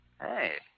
Hey